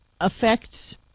affects